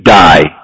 die